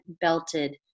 belted